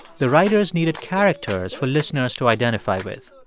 the writers needed characters for listeners to identify with.